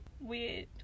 Weird